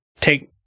take